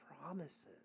promises